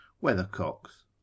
Weathercocks